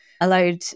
allowed